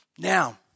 Now